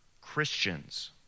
Christians